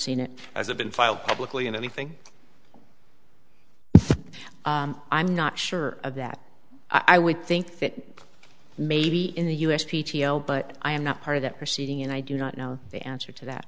seen it as a been filed publicly in anything i'm not sure of that i would think that maybe in the u s but i am not part of that proceeding and i do not know the answer to that